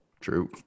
True